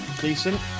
decent